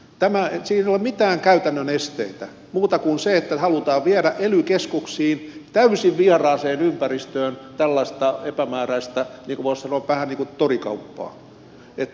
siihen ei ole mitään käytännön esteitä muuta kuin se että halutaan viedä ely keskuksiin täysin vieraaseen ympäristöön tällaista epämääräistä voisi sanoa vähän niin kuin torikauppaa